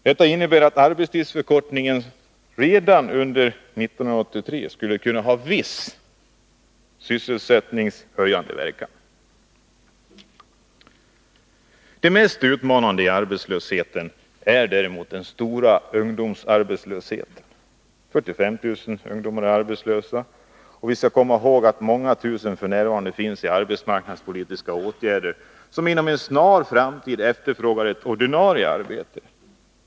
Detta innebär att arbetstidsförkortningen redan under 1983 skulle kunna få viss sysselsättningshöjande verkan. Det mest utmanande i arbetslösheten är den stora ungdomsarbetslösheten. 45 000 ungdomar är nu arbetslösa, och vi skall dessutom komma ihåg de många tusen som också finns upptagna i arbetsmarknadspolitiska åtgärder men som inom en snar framtid efterfrågar ett ordinarie arbete.